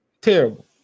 Terrible